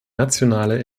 nationale